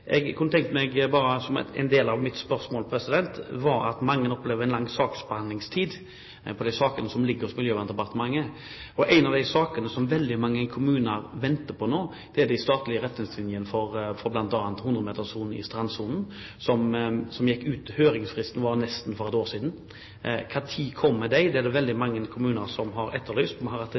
jeg kunne tenke meg å spørre om – bare som en del av mitt spørsmål – er at mange opplever en lang saksbehandlingstid for mange av de sakene som ligger i Miljøverndepartementet. En av de sakene som veldig mange kommuner venter på nå, er de statlige retningslinjene for bl.a. 100-metersbeltet i strandsonen. Høringsfristen gikk ut for nesten ett år siden. Når kommer de? Det er det veldig mange kommuner som har etterlyst. Statsråden og jeg har hatt